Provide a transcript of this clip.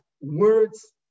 words